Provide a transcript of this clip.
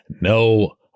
No